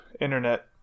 internet